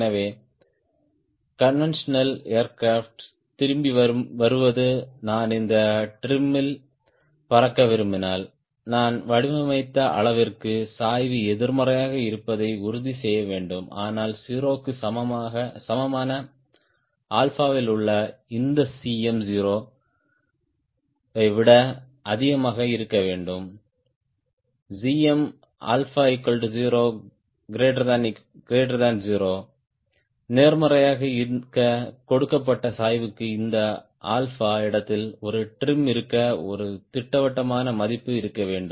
எனவே conventional aircraft திரும்பி வருவது நான் இந்த டிரிமில் பறக்க விரும்பினால் நான் வடிவமைத்த அளவிற்கு சாய்வு எதிர்மறையாக இருப்பதை உறுதி செய்ய வேண்டும் ஆனால் 0 க்கு சமமான ஆல்பாவில் உள்ள இந்த Cm 0 ஐ விட அதிகமாக இருக்க வேண்டும் Cm0 0 நேர்மையாக இருக்க கொடுக்கப்பட்ட சாய்வுக்கு இந்த 𝛼 இடத்தில் ஒரு டிரிம் இருக்க ஒரு திட்டவட்டமான மதிப்பு இருக்க வேண்டும்